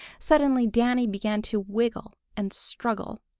suddenly danny began to wriggle and struggle.